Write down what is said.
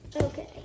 Okay